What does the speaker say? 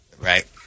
Right